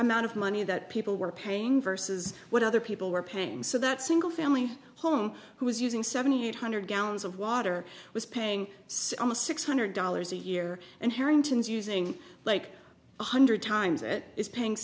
amount of money that people were paying versus what other people were paying so that single family home who was using seventy eight hundred gallons of water was paying almost six hundred dollars a year and harrington's using like one hundred times it is paying